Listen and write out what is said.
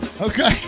Okay